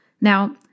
Now